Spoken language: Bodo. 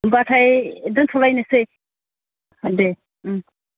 होमबाथाय दोनथ'लायनोसै ओह दे उम